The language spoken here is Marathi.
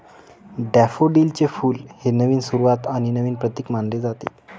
डॅफोडिलचे फुल हे नवीन सुरुवात आणि नवीन प्रतीक मानले जाते